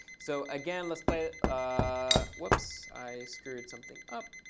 so again, let's play ah, whoops. i screwed something up.